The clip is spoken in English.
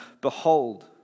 Behold